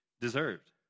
deserved